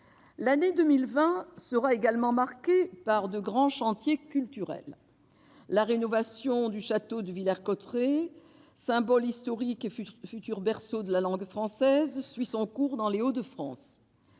L'année 2020 sera aussi marquée par de grands chantiers culturels : la rénovation du château de Villers-Cotterêts, symbole historique et futur berceau de la langue française, suit son cours dans les Hauts-de-France.